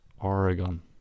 Oregon